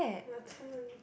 my turn